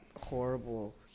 horrible